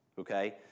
okay